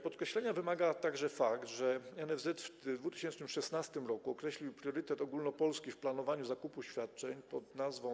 Podkreślenia wymaga także fakt, że NFZ w 2016 r. określił priorytet ogólnopolski w planowaniu zakupów świadczeń pod nazwą: